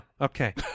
okay